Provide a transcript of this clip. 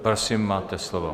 Prosím, máte slovo.